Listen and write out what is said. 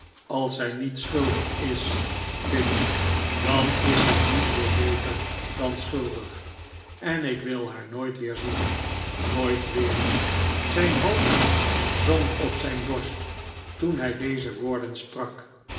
als zij niet schuldig is pitt dan is zij niet veel beter dan schuldig en ik wil haar nooit weer zien nooit weer zijn hoofd zonk op zijn borst toen hij deze woorden sprak